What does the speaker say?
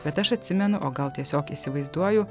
bet aš atsimenu o gal tiesiog įsivaizduoju